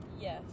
Yes